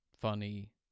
Funny